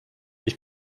ich